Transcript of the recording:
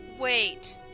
Wait